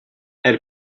elle